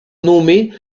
nommés